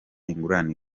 ingurane